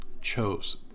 chose